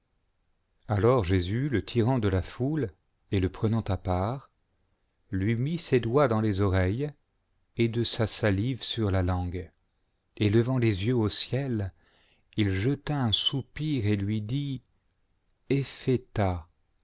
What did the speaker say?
alors jésus le tirant de la foule et le prenant à part lui mit ses doigts dans les oreilles et de sa salive sur la langue et levant les yeux au ciel il jeta un soupir et lui dit